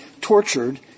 tortured